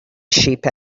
sheep